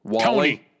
Tony